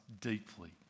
deeply